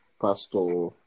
pastor